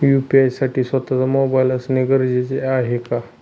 UPI साठी स्वत:चा mobile असणे गरजेचे आहे का?